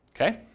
Okay